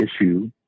issue